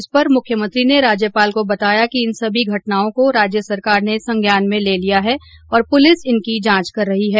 इस पर मुख्यमंत्री ने राज्यपाल को बताया कि इन सभी घटनाओं को राज्य सरकार ने संज्ञान में ले लिया है और पुलिस इनकी जांच कर रही है